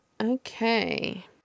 Okay